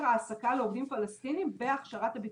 העסקה לעובדים פלסטיניים בהכשרת הבטיחות.